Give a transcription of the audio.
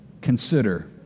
Consider